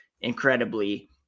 incredibly